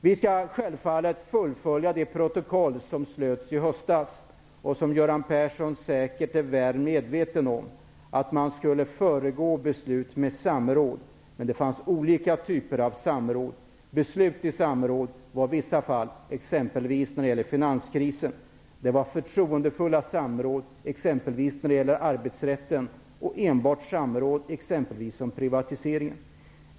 Vi skall självfallet fullfölja det som beslutats enligt protokollet i höstas och det som Göran Persson säkert är väl medveten om, att man skulle föregå beslut med samråd. Men det finns olika typer av samråd. Beslut i samråd var det i vissa fall, exempelvis när det gäller finanskrisen. Det var förtroendefulla samråd, exempelvis i arbetsrättsfrågan, och enbart samråd, exempelvis i fråga om privatiseringar.